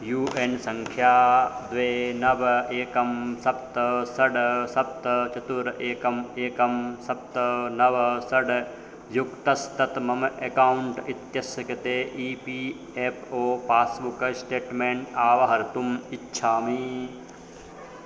you N सङ्ख्या द्वे नव एकं सप्त षट् सप्त चतुरेकम् एकं सप्त नव षट् युक्तस्तत् मम अकौण्ट् इत्यस्य कृते E P F O passbook statement अवहर्तुम् इच्छामि